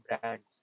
brands